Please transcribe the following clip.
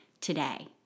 today